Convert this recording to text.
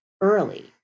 early